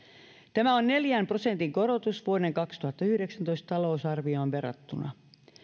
tämä on neljän prosentin korotus vuoden kaksituhattayhdeksäntoista talousarvioon verrattuna